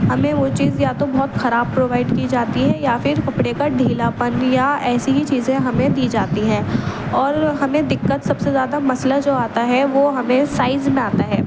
ہمیں وہ چیز یا تو بہت خراب پرووائڈ کی جاتی ہے یا پھر کپڑے کا ڈھیلاپن یا ایسی ہی چیزیں ہمیں دی جاتی ہیں اور ہمیں دقت سب سے زیادہ مسئلہ جو آتا ہے وہ ہمیں سائز میں آتا ہے